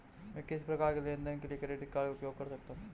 मैं किस प्रकार के लेनदेन के लिए क्रेडिट कार्ड का उपयोग कर सकता हूं?